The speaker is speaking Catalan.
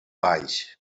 baix